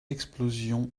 explosions